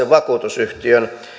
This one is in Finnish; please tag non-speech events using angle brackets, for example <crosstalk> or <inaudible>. <unintelligible> vakuutusyhtiön